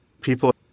People